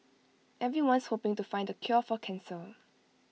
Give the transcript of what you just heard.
everyone's hoping to find the cure for cancer